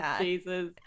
Jesus